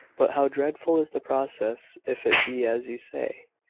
but how dreadful is the process, if it be as you say!